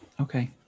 Okay